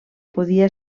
podia